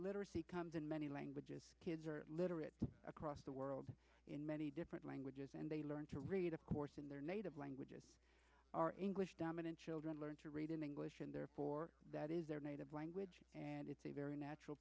literacy comes in many languages kids are literate across the world in many different languages and they learn to read of course in their native languages are english dominant children learn to read in english and therefore that is their native language and it's a very natural